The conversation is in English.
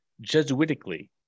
Jesuitically